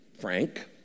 frank